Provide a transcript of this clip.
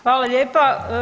Hvala lijepa.